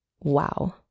Wow